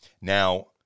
Now